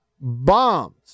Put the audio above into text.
bombs